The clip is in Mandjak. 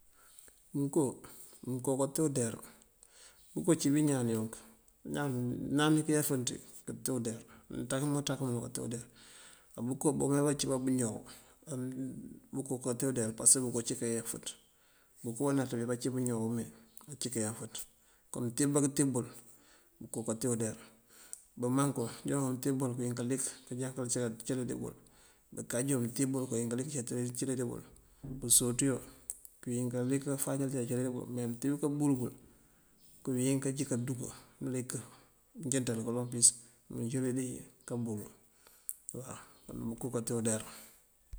Mënko, mënko kate udeyar, bëko cí bí ñaan yuŋ. Ñaan, ñaan ní kayeenfënţ kate udeyar, mënţakëm nul kënţakëm nul kate undeyar. Á bëko bawúm bá cí bëñoow bëko kate udeyar pasëk bëko cíka yeenfënţ. Bëko banaţ bí ací bëñoow wí mee ací kayeenfënţ. Kon bëtibëbá këtíb bul, bëko kate udeyar. Bëmankum joon bëtíb bul këwín kalik cí kacëli dí bul, kanjankal bëtíb bul këwín kalik cí kacëli dí bul, bësotiyo këwín kalik kafáacal cíka cëli dí bul me mëntíb kabúul këwín kací kadug melik mënjënţal kaloŋ pis mëndu cëli dika bul waw. Kon bëko kate udeyar